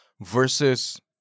versus